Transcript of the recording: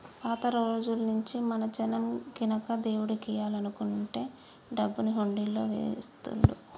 పాత రోజుల్నుంచీ మన జనం గినక దేవుడికియ్యాలనుకునే డబ్బుని హుండీలల్లో వేస్తుళ్ళు